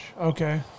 okay